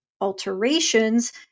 alterations